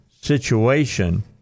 situation